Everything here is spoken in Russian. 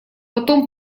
потом